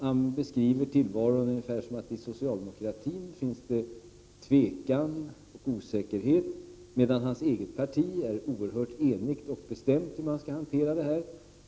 Han skildrade det så, att det inom socialdemokratin finns tvekan och osäkerhet, medan hans eget parti är oerhört enigt och bestämt när det gäller hur man skall hantera det här.